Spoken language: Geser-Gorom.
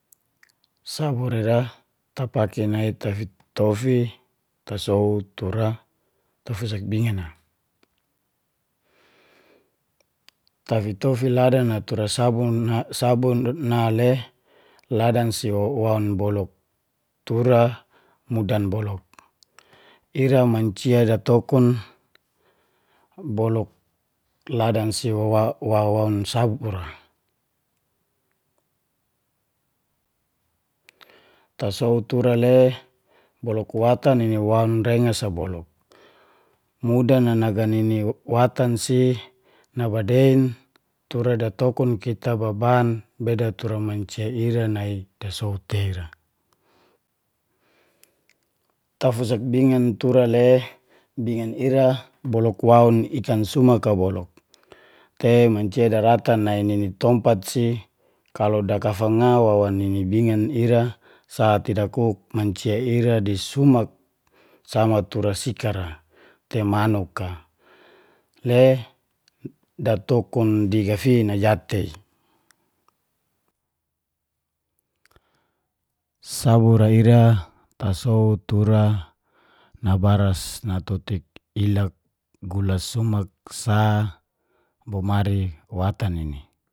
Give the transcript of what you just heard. Saburi ira tapaku nai tafitofi, tasow tura, tafusak bingan a. Tafitofi ladan tura sabun sabun na le ladan si wawaun boluk tura mudan boluk. Ira mancia datokun boluk ladan si wawaun sabur ra. Tasow tura le boluk tawatan a wawaun rengas a boluk. Mudan naga nini watan si nabadein tura datokun kita baban bi datura mancia ira nai dasow tei ira. Tafusak bingan tura le bingan ira boluk waun ikan sumak a boluk. Tei mancia daratan nai nini tompat si, kalau dakafanga wa nini bingan ira, sate dakuk mancia ira di sumak sama tura sika ra te manuk a. Le datokun digafin a jatei. Sabur ra ira, tasow tura nabaras natotik ilak. gulak sumak sa bomari watan nini